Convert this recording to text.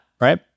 right